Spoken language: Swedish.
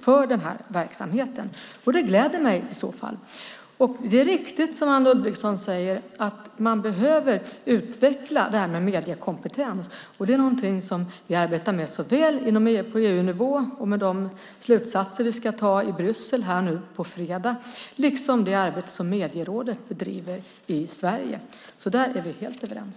för den här verksamheten. Det gläder mig. Det är riktigt som Anne Ludvigsson säger att man behöver utveckla det här med mediekompetens. Det är någonting som vi arbetar med såväl på EU-nivå, med de slutsatser som vi ska anta i Bryssel på fredag, som i det arbete som Medierådet bedriver i Sverige. Där är vi helt överens.